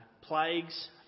Plagues